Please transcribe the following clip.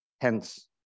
hence